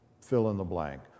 fill-in-the-blank